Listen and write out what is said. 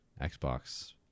Xbox